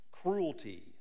Cruelty